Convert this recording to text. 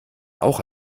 auch